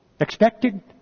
Expected